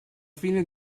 fine